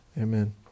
Amen